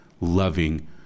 loving